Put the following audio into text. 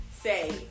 say